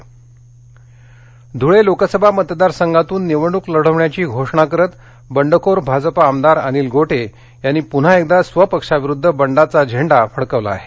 आमदार गोटे बंड धूळे लोकसभा मतदार संघातून निवडण्क लढवण्याची घोषणा करीत बंडखोर भाजपा आमदार अनिल गोटे यांनी पुन्हा एकदा स्वपक्षाविरुध्द बंडाचा सेंडा फडकवला आहे